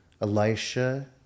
Elisha